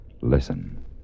Listen